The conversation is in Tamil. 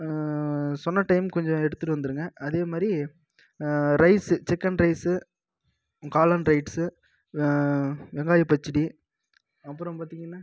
சொன்ன டைமுக்கு கொஞ்சம் எடுத்துகிட்டு வந்துவிடுங்க அதே மாதிரி ரைஸ்சு சிக்கன் ரைஸ்சு காளான் ரைட்ஸ்சு வெங்காய பச்சடி அப்புறம் பார்த்திங்கனா